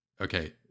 okay